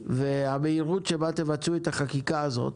והמהירות שבה תבצעו את החקיקה הזאת.